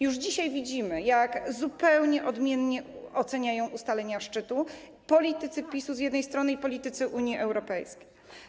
Już dzisiaj widzimy, jak zupełnie odmiennie oceniają ustalenia szczytu politycy PiS-u z jednej strony i politycy Unii Europejskiej.